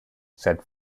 said